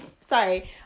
sorry